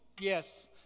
Yes